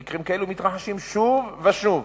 מקרים כאלו מתרחשים שוב ושוב.